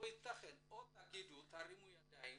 או שתרימו ידיים